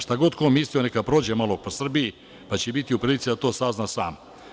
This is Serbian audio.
Šta god ko mislio, neka prođe malo po Srbiji, pa će biti u prilici da to sazna sam.